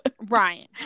Ryan